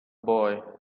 boy